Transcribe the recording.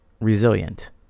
resilient